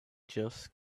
just